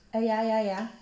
ah ya ya ya